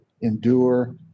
endure